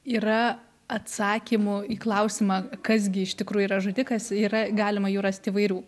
yra atsakymų į klausimą kas gi iš tikrųjų yra žudikas yra galima jų rast įvairių